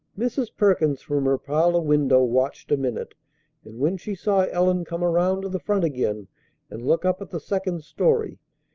mrs. perkins from her parlor window watched a minute and, when she saw ellen come around to the front again and look up at the second story,